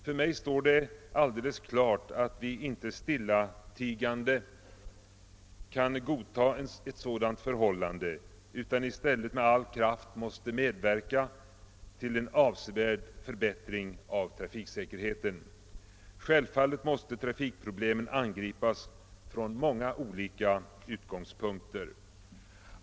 För mig står det alldeles klart att vi inte stillatigande kan godta ett sådant förhållande, utan att vi i stället med all kraft måste medverka till en avsevärd förbättring av trafiksäkerheten. Självfallet måste trafikproblemen angripas från många olika utgångspunkter.